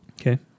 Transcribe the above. okay